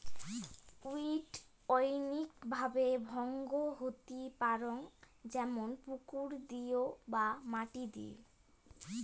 weed অনৈক ভাবে ভঙ্গ হতি পারং যেমন পুকুর দিয় বা মাটি দিয়